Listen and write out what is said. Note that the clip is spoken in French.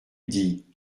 dit